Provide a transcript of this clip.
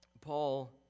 Paul